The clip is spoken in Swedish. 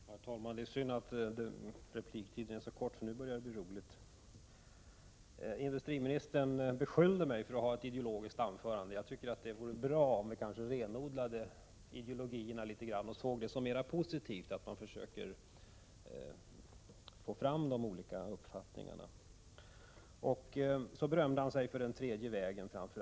Herr talman! Det är synd att repliktiden är så kort, för nu börjar det bli roligt. Industriministern beskyllde mig för att hålla ett ideologiskt anförande. Jag tycker det vore bra om vi renodlade ideologierna litet grand och såg det som mer positivt att försöka få fram de olika uppfattningarna. Industriministern berömde sig för framför allt den tredje vägens politik.